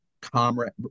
comrade